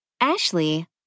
Ashley